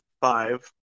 five